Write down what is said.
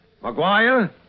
Maguire